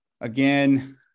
Again